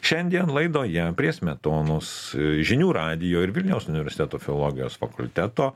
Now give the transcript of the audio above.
šiandien laidoje prie smetonos žinių radijo ir vilniaus universiteto filologijos fakulteto